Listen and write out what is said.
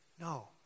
No